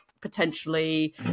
potentially